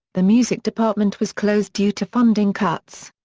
the music department was closed due to funding cuts.